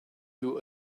you